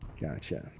Gotcha